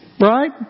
Right